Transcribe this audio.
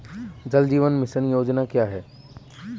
जल जीवन मिशन योजना क्या है?